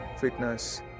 fitness